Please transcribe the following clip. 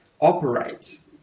operates